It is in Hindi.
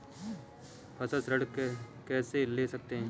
फसल ऋण कैसे ले सकते हैं?